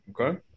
okay